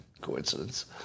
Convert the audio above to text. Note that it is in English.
Coincidence